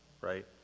right